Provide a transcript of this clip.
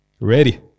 ready